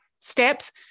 steps